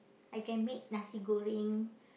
I can make nasi goreng